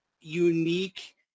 unique